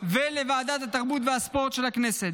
ולוועדת התרבות והספורט של הכנסת.